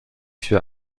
für